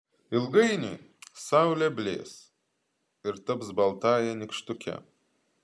ilgainiui saulė blės ir taps baltąja nykštuke